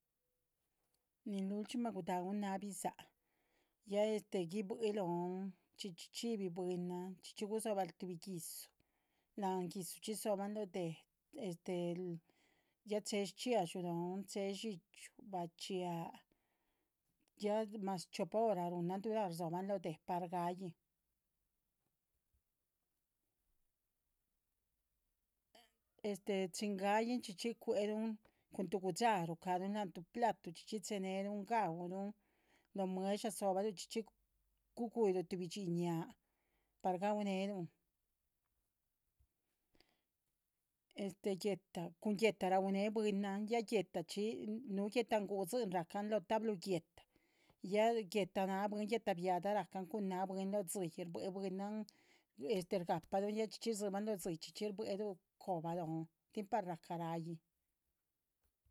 Nin lulchxímah guda´uhn na’h shpidza ya este ghibui lohn chxíchxi chxíbi bwinan chxíchxi gudzo´baluh tuhbi gi´dzu la´nh gi´dzuchxi dzo´ba lóh deh. ya che´he shchxiadxú lohn che’he dxíchyu, bachíaah ya mas chiopa hora ru’nan durar dzo´ban loóh deh par ga´yihin chin ga´yihin chxíchxi cuéh luhn cun. tuh gu´dxaruh shdáclun la´nh tuh platuh chxíchxi che´nehlu ga´uluhn lóh mueh´dsha dzo´bahlu chxíchxi gu´guh yiluh tuhbi dhxín nya par ga´uneluhn cun. guéhta ra´une bwinan ya guéhtachxi nuh guéhtangudzi ra’can lóh tablu guéhta ya guéhta na bwin guéhta biada racan cun náaha bwin lóh dzíyih buéhc bwinan. gahpalum ya chxíchxi rdzi´bahn lóh dzíyih chxíchxi buéh luh cóhba lohn tin par ra’ca ra’yiin